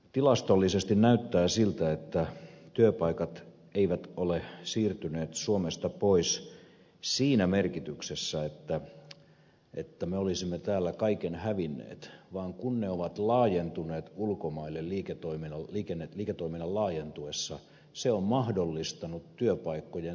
tilastollisesti näyttää siltä että työpaikat eivät ole siirtyneet suomesta pois siinä merkityksessä että me olisimme täällä kaiken hävinneet vaan kun ne yritykset ovat laajentuneet ulkomaille liiketoiminnan laajentuessa se on mahdollistanut työpaikkojen säilymistä myös täällä